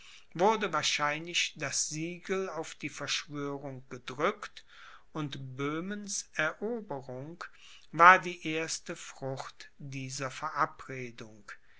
wurde wahrscheinlich das siegel auf die verschwörung gedrückt und böhmens eroberung war die erste frucht dieser verabredung